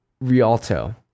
rialto